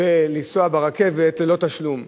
ולנסוע ברכבת ללא תשלום,